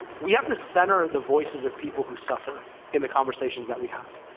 we have to center the voices of people who suffer in the conversations that we have.